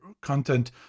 content